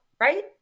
right